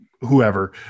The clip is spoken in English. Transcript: whoever